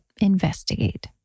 investigate